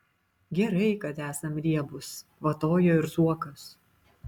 gerai kad esam riebūs kvatojo ir zuokas